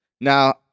Now